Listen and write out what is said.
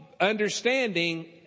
Understanding